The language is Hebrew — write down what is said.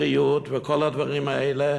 בריאות וכל הדברים האלה,